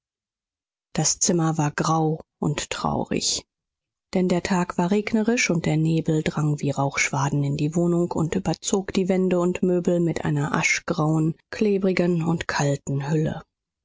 das zimmer war grau und traurig denn der tag war regnerisch und der nebel drang wie rauchschwaden in die wohnung und überzog die wände und möbel mit einer aschgrauen klebrigen und kalten hülle